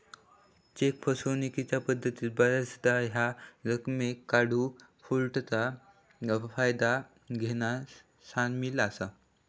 check फसवणूकीच्या पद्धतीत बऱ्याचदा ह्या रकमेक काढूक फ्लोटचा फायदा घेना सामील असा